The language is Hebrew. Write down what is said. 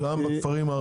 גם בכפרים הערביים.